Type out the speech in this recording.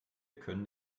können